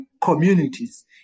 communities